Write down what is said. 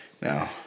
Now